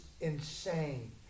insane